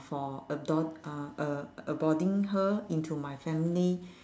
for a dog ah uh aboarding her into my family